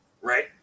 right